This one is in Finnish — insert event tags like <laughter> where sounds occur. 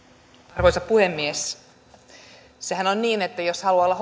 arvoisa puhemies sehän on niin että jos haluaa olla <unintelligible>